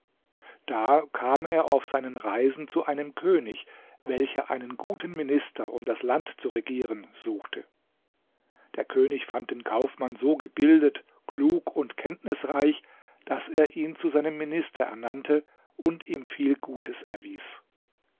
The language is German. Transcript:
da kam er auf seinen reisen zu einem könig welcher einen guten minister um das land zu regieren suchte der könig fand den kaufmann so gebildet klug und kenntnisreich daß er ihn zu seinem minister ernannte und ihm viel gutes erwies